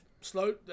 slow